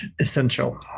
essential